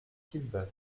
quillebeuf